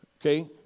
Okay